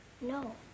No